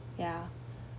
ya